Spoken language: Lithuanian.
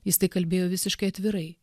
jis tai kalbėjo visiškai atvirai